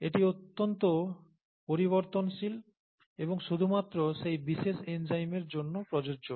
এটি অত্যন্ত পরিবর্তনশীল এবং শুধুমাত্র সেই বিশেষ এনজাইমের জন্য প্রযোজ্য